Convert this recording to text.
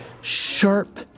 sharp